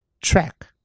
track